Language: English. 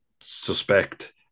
suspect